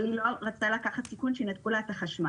אבל היא לא רצתה לקחת סיכון שינתקו לה את החשמל.